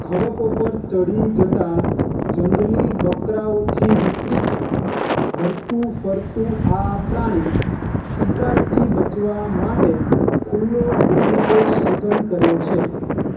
ખડકો પર ચઢી જતા જંગલી બકરાઓથી વિપરીત હરતું ફરતું આ પ્રાણી શિકારીથી બચવા માટે ખુલ્લો ભૂપ્રદેશ પસંદ કરે છે